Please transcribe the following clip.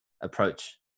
approach